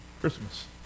Christmas